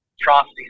atrocities